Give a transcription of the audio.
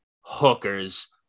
hookers